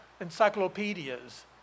encyclopedias